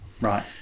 Right